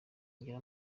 ngira